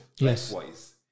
Likewise